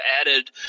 added